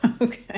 okay